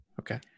Okay